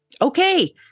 Okay